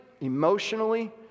emotionally